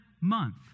month